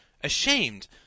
ashamed